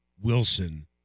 Wilson